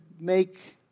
make